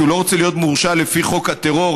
כי הוא לא רוצה להיות מורשע לפי חוק הטרור,